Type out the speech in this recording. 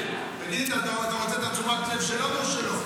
תגיד, אתה רוצה את תשומת הלב שלנו או שלו?